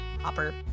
hopper